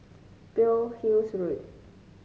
Pearl's Hill Road